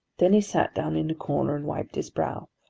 then he sat down in a corner, and wiped his brow.